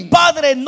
padre